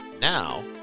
Now